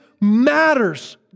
matters